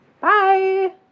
bye